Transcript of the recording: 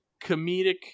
comedic